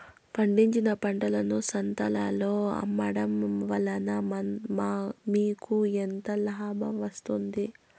పండించిన పంటను సంతలలో అమ్మడం వలన మీకు ఎంత లాభం వస్తుంది?